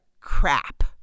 crap